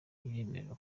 ibemerera